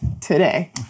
today